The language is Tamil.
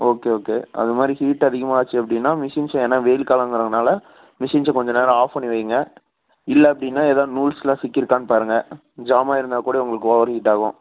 ஓகே ஓகே அது மாதிரி ஹீட்டு அதிகமாக ஆச்சு அப்படின்னா மிஷின்ஸ் ஏன்னா வெயில் காலங்கிறதுனால மிஷின்ஸை கொஞ்ச நேரம் ஆஃப் பண்ணி வையுங்க இல்லை அப்படின்னா எதாது நூல்ஸ்லாம் சிக்கி இருக்கான்னு பாருங்கள் ஜாமாயிருந்தாக் கூட உங்களுக்கு ஓவர் ஹீட் ஆகும்